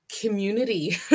community